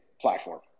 platform